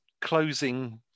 closing